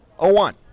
0-1